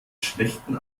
schlechten